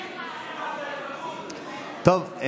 טוב.